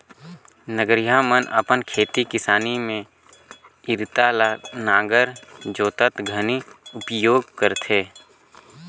नगरिहा मन अपन खेती किसानी मे इरता ल नांगर जोतत घनी उपियोग करथे